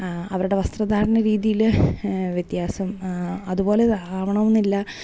അവരുടെ വസ്ത്രധാരണ രീതിയിൽ വ്യത്യാസം അതുപോലെ ആവണം എന്നില്ല